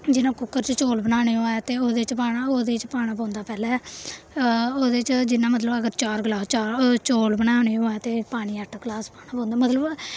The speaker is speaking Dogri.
जि'यां कुक्कर च चौल बनाने होऐ ते ओह्दे च पाना ओह्दे च पाना पौंदा पैह्लें ओह्दे च जि'यां मतलब अगर चार ग्लास चार चौल बनाने होए ते पानी अट्ठ ग्लास पाना पौंदा मतलब